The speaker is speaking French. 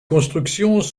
constructions